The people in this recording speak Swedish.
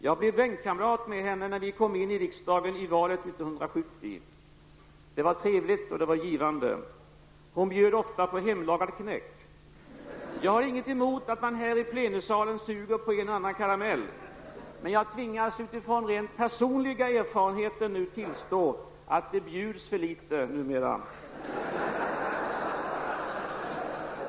Jag blev bänkkamrat med henne, när vi kom in i riksdagen i valet 1970. Det var trevligt -- och givande. Hon bjöd ofta på hemlagad knäck. Jag har inget emot att man här i plenisalen suger på en och annan karamell! Men jag tvingas utifrån rent personliga erfarenheter tillstå att det bjuds för litet -- numera.